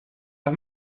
los